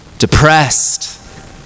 Depressed